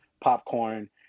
popcorn